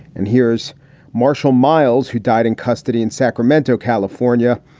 and here's marshall miles, who died in custody in sacramento, california.